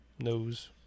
knows